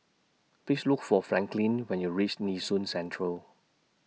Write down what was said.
Please Look For Franklin when YOU REACH Nee Soon Central